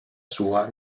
sua